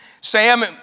Sam